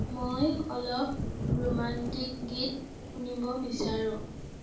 মই অলপ ৰোমাণ্টিক গীত শুনিব বিচাৰোঁ